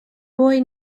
boy